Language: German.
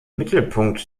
mittelpunkt